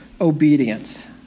obedience